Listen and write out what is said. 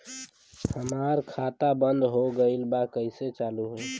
हमार खाता बंद हो गईल बा कैसे चालू होई?